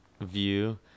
view